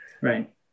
Right